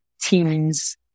teams